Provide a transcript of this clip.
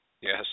Yes